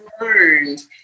learned